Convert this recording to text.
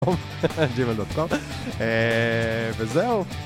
ג'ימייל.קום וזהו